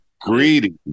greedy